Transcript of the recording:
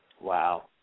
Wow